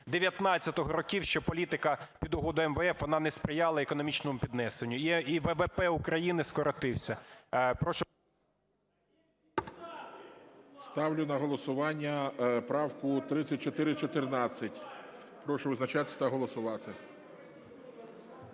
років, що політика під угодою МВФ вона не сприяла економічному піднесенню і ВВП України скоротився.